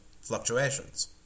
fluctuations